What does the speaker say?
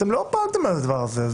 אתם לא פעלתם לדבר הזה,